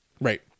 Right